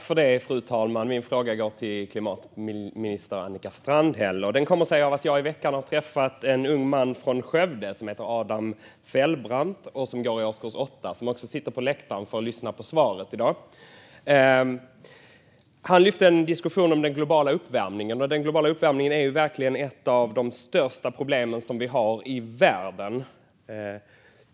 Fru talman! Min fråga går till klimatminister Annika Strandhäll. Den kommer sig av att jag i veckan har träffat en ung man från Skövde som heter Adam Fellbrant och går i årskurs 8. Han sitter också på läktaren i dag för att lyssna på svaret. Han tog upp en diskussion om den globala uppvärmningen. Den globala uppvärmningen är ju verkligen ett av de största problemen vi har i världen.